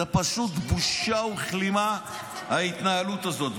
זה פשוט בושה וכלימה, ההתנהלות הזאת.